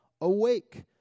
awake